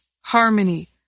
harmony